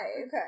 Okay